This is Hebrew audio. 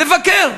לבקר.